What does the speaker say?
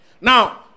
Now